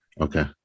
Okay